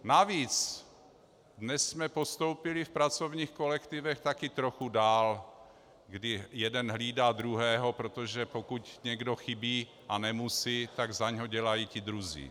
Navíc dnes jsme postoupili v pracovních kolektivech taky trochu dál, kdy jeden hlídá druhého, protože pokud někdo chybí a nemusí, tak za něj dělají ti druzí.